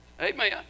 Amen